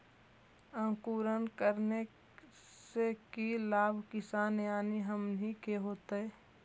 अंकुरण करने से की लाभ किसान यानी हमनि के होतय?